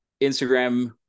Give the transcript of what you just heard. Instagram